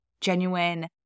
genuine